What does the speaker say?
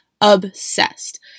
obsessed